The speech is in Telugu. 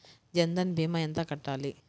జన్ధన్ భీమా ఎంత కట్టాలి?